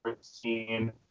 scene